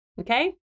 Okay